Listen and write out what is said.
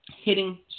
hitting